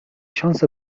شانس